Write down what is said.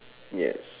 yes